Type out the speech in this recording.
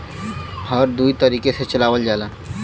हर दुई तरीके से चलावल जाला